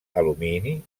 alumini